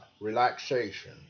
relaxation